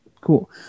Cool